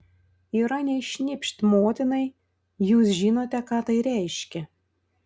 ir anei šnipšt motinai jūs žinote ką tai reiškia